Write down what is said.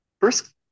first